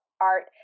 art